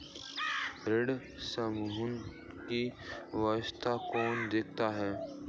ऋण समूहन की व्यवस्था कौन देखता है?